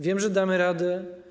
Wiem, że damy radę.